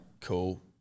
Cool